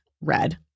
red